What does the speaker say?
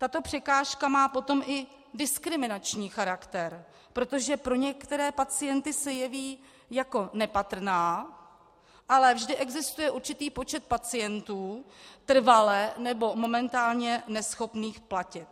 Tato překážka potom má i diskriminační charakter, protože pro některé pacienty se jeví jako nepatrná, ale vždy existuje určitý počet pacientů trvale nebo momentálně neschopných platit.